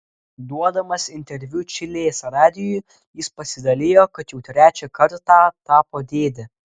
duodamas interviu čilės radijui jis pasidalijo kad jau trečią kartą tapo dėde